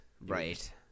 right